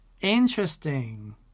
Interesting